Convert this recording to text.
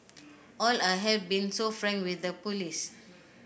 and I have been so frank with the police